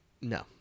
No